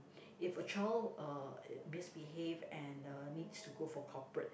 if a child uh misbehave and uh needs to go for corporate